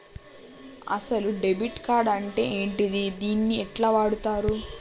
అసలు debit card అంటే ఏంటిది? దీన్ని ఎట్ల వాడుతరు?